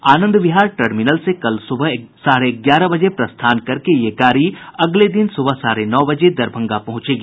आनंद Vihar terminal से कल सुबह साढ़े ग्यारह बजे प्रस्थान करके ये गाड़ी अगले दिन सुबह साढ़े नौ बजे दरभंगा पहुँचेगी